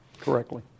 correctly